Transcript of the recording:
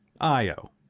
Io